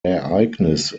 ereignis